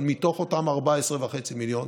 אבל מתוך אותם 14.5 מיליון,